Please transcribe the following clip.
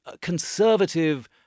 conservative